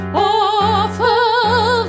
awful